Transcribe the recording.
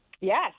Yes